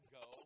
go